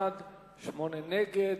ועדת הפנים.